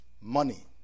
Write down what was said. money